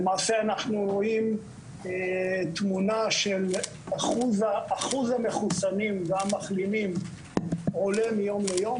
למעשה אנחנו רואים תמונה של אחוז המחוסנים והמחלימים עולה מיום ליום,